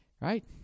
right